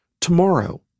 Tomorrow